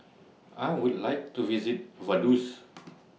I Would like to visit Vaduz